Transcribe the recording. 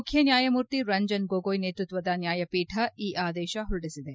ಮುಖ್ಯ ನ್ವಾಯಮೂರ್ತಿ ರಂಜನ್ ಗೋಗೊಯ್ ನೇತೃತ್ವದ ನ್ವಾಯಪೀಠ ಈ ಆದೇಶ ಹೊರಡಿಸಿದೆ